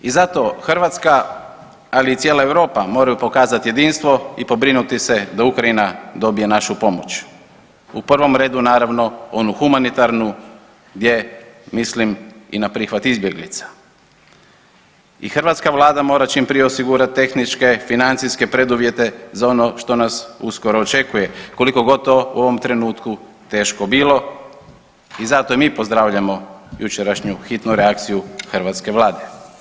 I zato Hrvatska, ali i cijela Europa moraju pokazat jedinstvo i pobrinuti se da Ukrajina dobije našu pomoć, u prvom redu naravno onu humanitarnu gdje mislim i na prihvat izbjeglica i hrvatska vlada mora čim prije osigurat tehničke i financijske preduvjete za ono što nas uskoro očekuje koliko god to u ovom trenutku teško bilo i zato i mi pozdravljamo jučerašnju hitnu reakciju hrvatske vlade.